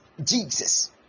Jesus